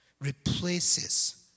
replaces